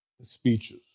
speeches